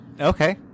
Okay